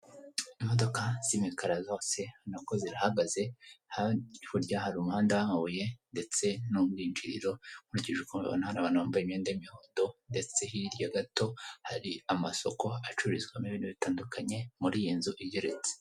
Imodoka z'imikara zose ubona ko zirahagaze, hakurya hari umuhanda w'amabuye ndetse n'ubwinjiriro nkurikije uko mbibona hari abantu bambaye imyenda y'imihondo ndetse hirya gato hari amasoko acururizwamo ibintu bitandukanye, muri iyi nzu igeretse.